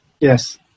Yes